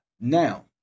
Now